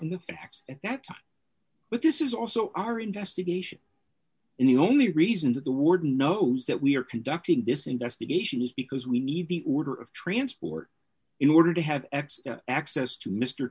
and the facts at that time but this is also our investigation and the only reason that the warden knows that we are conducting this investigation is because we need the order of transport in order to have x access to mr